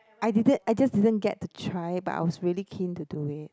I did it I just didn't get to try but I was very keen to do it